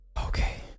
Okay